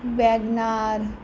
ਵੈਗ ਨਾਰ